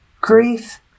grief